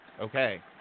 Okay